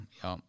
ja